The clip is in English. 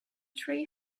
three